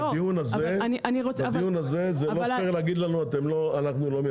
בדיון הזה, זה לא פר להגיד לנו שאנחנו לא מייצגים.